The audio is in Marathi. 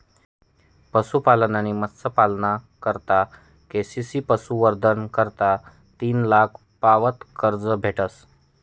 पशुपालन आणि मत्स्यपालना करता के.सी.सी पशुसंवर्धन करता तीन लाख पावत कर्ज भेटस